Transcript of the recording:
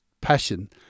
passion